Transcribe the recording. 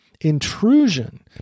intrusion